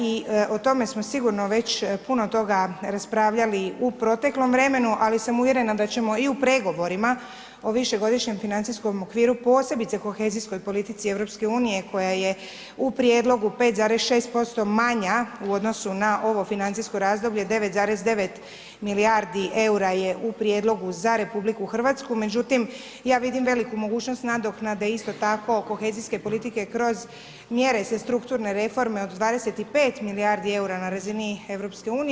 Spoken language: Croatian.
I o tome smo sigurno već puno toga raspravljali u proteklom vremenu, ali sam uvjerena da ćemo i u pregovorima o višegodišnjem financijskom okviru, posebice kohezijskoj politici EU, koja je u prijedlogu 5,6% manja u odnosu na ovo financijsko razdoblje, 9,9 milijardi eura, je u prijedlogu za RH, međutim, ja vidim veliku mogućnost nadoknade, isto tako kohezijske politike, kroz mjere strukturne reforme od 25 milijardi eura na razini EU.